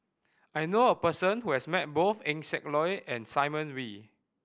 I know a person who has met both Eng Siak Loy and Simon Wee